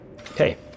Okay